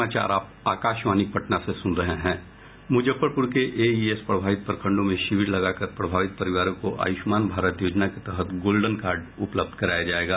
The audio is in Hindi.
मुजफ्फरपुर के एईएस प्रभावित प्रखंडों में शिविर लगाकर प्रभावित परिवारों को आयुष्मान भारत योजना के तहत गोल्डन कार्ड उपलब्ध कराया जायेगा